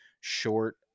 short